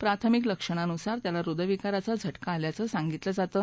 प्राथमिक लक्षणानुसार त्याला ह्दयविकाराचा झटका आल्याचं सांगितलं जातं